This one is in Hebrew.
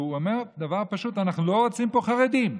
שהוא אומר דבר פשוט: אנחנו לא רוצים פה חרדים.